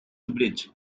bridge